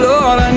Lord